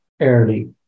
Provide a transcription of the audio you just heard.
early